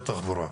תשתיות תחבורה.